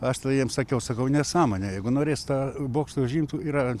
aš tada jiem sakiau sakau nesąmonė jeigu norės tą bokštą užimt yra